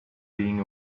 being